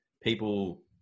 people